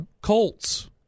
Colts